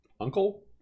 Uncle